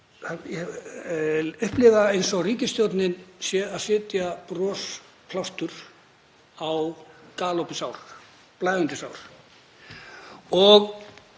Mér finnst eins og ríkisstjórnin sé að setja brosplástur á galopið sár, blæðandi sár. Ég